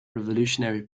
revolutionary